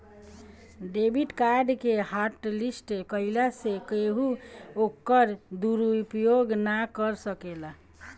debit card के हॉटलिस्ट कईला से केहू ओकर दुरूपयोग ना कर सकेला